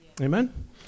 Amen